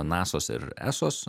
nasos ir esos